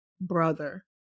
brother